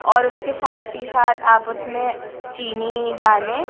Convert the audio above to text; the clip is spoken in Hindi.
और उसके साथ ही साथ आप उस में चीनी डालें